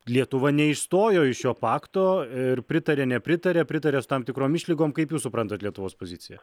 lietuva neišstojo iš šio pakto ir pritaria nepritaria pritaria su tam tikrom išlygom kaip jūs suprantat lietuvos poziciją